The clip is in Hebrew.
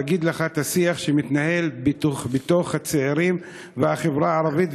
אגיד לך את השיח שמתנהל בקרב הצעירים והחברה הערבית,